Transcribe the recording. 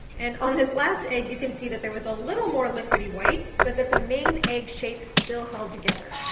and on this last egg you can see that there was a little more liquidy white but that the main egg shaped still held together.